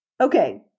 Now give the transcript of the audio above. Okay